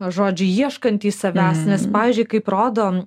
žodžiu ieškantys savęs nes pavyzdžiui kaip rodo